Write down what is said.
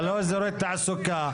ללא אזורי תעסוקה,